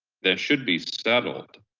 there should be settled.